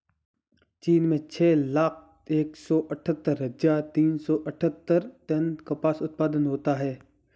चीन में छह लाख एक सौ अठत्तर हजार तीन सौ अट्ठारह टन कपास उत्पादन होता है